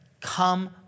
Come